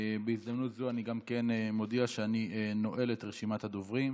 בהזדמנות זאת אני גם מודיע שאני נועל את רשימת הדוברים.